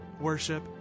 worship